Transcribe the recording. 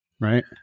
Right